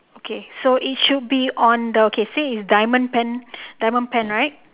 okay so it should be on the okay say is diamond pen diamond pen right